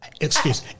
excuse